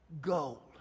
gold